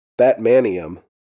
Batmanium